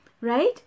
right